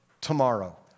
tomorrow